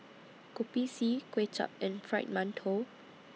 Kopi C Kuay Chap and Fried mantou